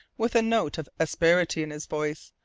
with a note of asperity in his voice,